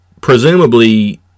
Presumably